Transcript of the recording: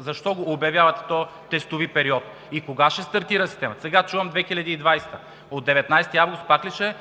защо го обявявате този тестов период и кога ще стартира системата. Сега чувам – 2020 г. От 19 август пак ли ще е